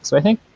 so i think,